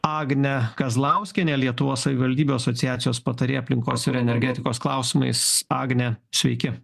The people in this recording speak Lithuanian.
agne kazlauskiene lietuvos savivaldybių asociacijos patarėja aplinkos ir energetikos klausimais agne sveiki